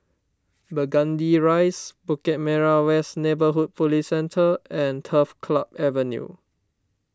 Burgundy Rise Bukit Merah West Neighbourhood Police Centre and Turf Club Avenue